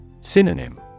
Synonym